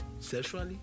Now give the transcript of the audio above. sexually